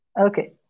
Okay